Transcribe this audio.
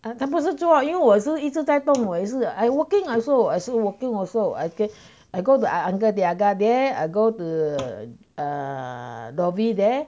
他他不是做因为我也是一直在动我也是 I working I also I also working also I go und~ under their guardian I go to err dhoby there